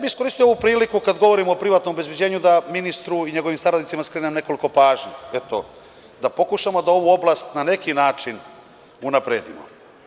Iskoristio bih ovu priliku kada govorim o privatnom obezbeđenju da ministru i njegovim saradnicima skrenem pažnju, da pokušamo da ovu oblast na neki način unapredimo.